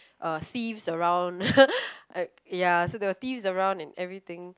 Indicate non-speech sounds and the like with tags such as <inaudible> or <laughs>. uh thieves around <laughs> uh ya so there were thieves around and everything